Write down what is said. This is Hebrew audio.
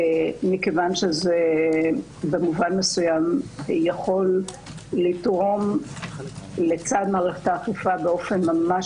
כי זה במובן מסוים יכול לתרום לצד מערכת האכיפה באופן ממש